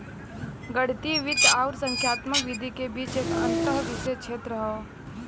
गणितीय वित्त आउर संख्यात्मक विधि के बीच एक अंतःविषय क्षेत्र हौ